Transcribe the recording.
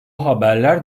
haberler